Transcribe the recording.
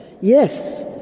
Yes